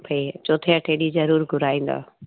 खे चोथें अठें ॾींहुं ज़रूरु घुराईंदव